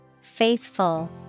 Faithful